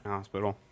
hospital